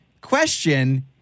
question